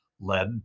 led